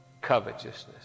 covetousness